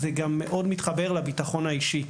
זה גם מאוד מתחבר לביטחון האישי.